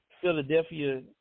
Philadelphia